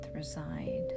Reside